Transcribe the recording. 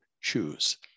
choose